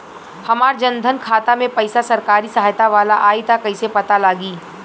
हमार जन धन खाता मे पईसा सरकारी सहायता वाला आई त कइसे पता लागी?